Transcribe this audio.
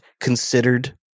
considered